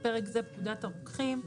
(בפרק זה - פקודת הרוקחים)